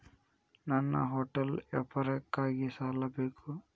ನನ್ನ ಹೋಟೆಲ್ ವ್ಯಾಪಾರಕ್ಕಾಗಿ ಸಾಲ ಬೇಕು